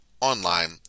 online